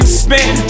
spin